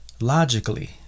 logically